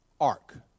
Ark